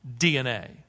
DNA